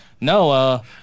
no